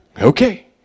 Okay